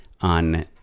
on